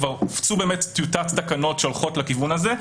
כבר הופצו טיוטות תקנות שהולכות לכיוון הזה,